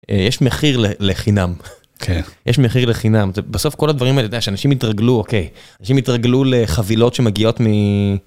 יש מחיר לחינם יש מחיר לחינם זה בסוף כל הדברים האלה שאנשים יתרגלו אוקיי אנשים יתרגלו לחבילות שמגיעות מ.